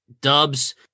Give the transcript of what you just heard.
dubs